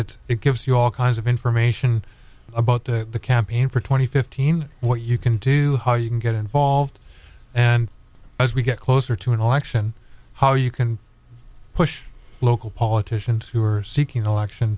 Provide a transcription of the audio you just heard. it it gives you all kinds of information about the campaign for twenty fifteen what you can to how you can get involved and as we get closer to an election how you can push local politicians who are seeking election